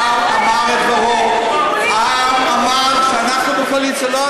העם אמר שאנחנו בקואליציה,